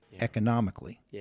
economically